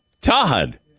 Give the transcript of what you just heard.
Todd